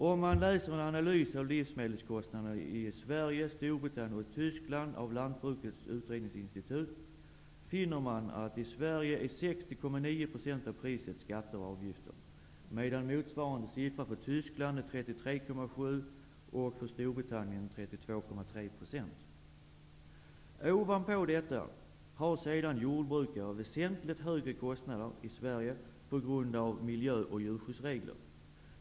Om man läser en analys av livsmedelskostnaderna i Sverige, Storbritannien och Tyskland av Lantbrukets utredningsinstitut, finner man att Sverige, medan motsvarande siffra för Tyskland är Ovanpå detta har sedan svenska jordbrukare väsentligt högre kostnader på grund av miljö och djurskyddsregler.